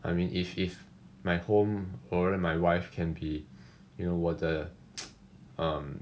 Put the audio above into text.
I mean if if my home or rather my wife can be you know 我的 um